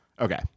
okay